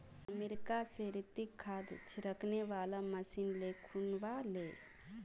America स रितिक खाद छिड़कने वाला मशीन ले खूना व ले